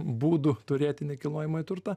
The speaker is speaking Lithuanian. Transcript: būdų turėti nekilnojamąjį turtą